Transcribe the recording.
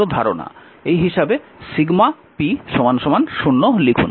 এই হিসাবে sigma p 0 লিখুন